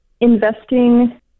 investing